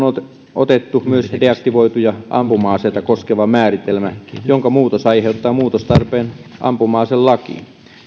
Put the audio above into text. on otettu myös deaktivoituja ampuma aseita koskeva määritelmä jonka muutos aiheuttaa muutostarpeen ampuma aselakiin